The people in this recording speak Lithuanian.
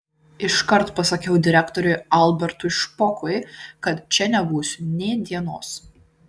iškart pasakiau direktoriui albertui špokui kad čia nebūsiu nė dienos